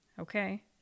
Okay